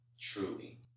truly